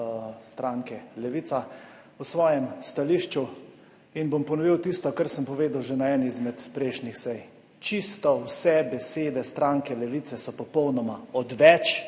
stranke Levica in bom ponovil tisto, kar sem povedal že na eni izmed prejšnjih sej – čisto vse besede Stranke Levica so popolnoma odveč,